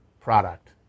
product